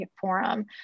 forum